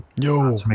yo